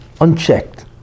unchecked